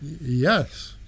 Yes